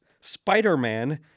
Spider-Man